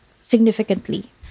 significantly